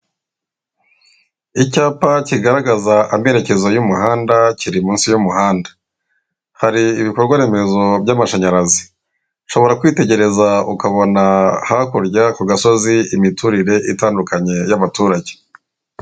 Icyapa kigaragaza amerekezo y'umuhanda, kiri munsi y'umuhanda. Hari ibikorwa remezo by'amashanyarazi. Ushobora kwitegereza ukabona hakurya ku gasozi, imiturire itandukanye y'abaturage.